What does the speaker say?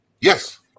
Yes